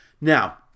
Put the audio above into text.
Now